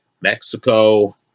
Mexico